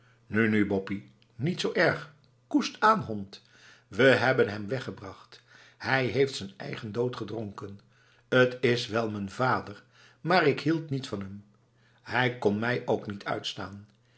nu nu boppie niet zoo erg koest dan hond ze hebben hem weggebracht hij heeft z'n eigen dood gedronken t is wel m'n vader maar ik hield niet van hem hij kon mij ook niet uitstaan